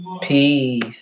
Peace